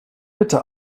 bitte